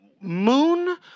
moon